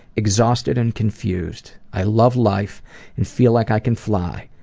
exhausted and confused. i love life and feel like i can fly.